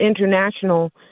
international